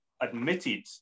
admitted